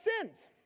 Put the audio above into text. sins